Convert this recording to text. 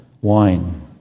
wine